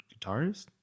guitarist